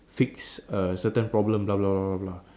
fix a certain problem blah blah blah blah blah